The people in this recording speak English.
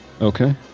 Okay